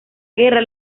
guerra